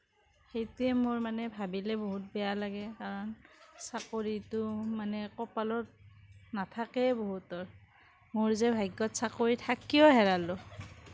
সেইটোৱে মোৰ মানে ভাবিলে বহুত বেয়া লাগে কাৰণ চাকৰিটো মানে কপালত নাথাকেই বহুতৰ মোৰ যে ভাগ্যত চাকৰি থাকিও হেৰুৱালোঁ